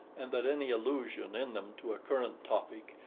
and that any allusion in them to a current topic,